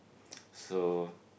so